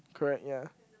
correct ya